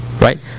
right